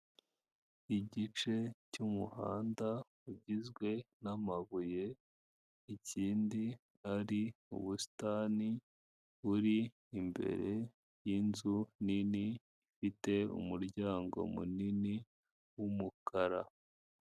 Igice cy'umuhanda ugizwe n'amabuye, ikindi ari ubusitani buri imbere y'inzu nini ifite umuryango munini w'umukara.